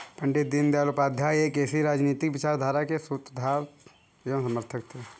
पण्डित दीनदयाल उपाध्याय एक ऐसी राजनीतिक विचारधारा के सूत्रधार एवं समर्थक थे